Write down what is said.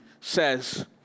says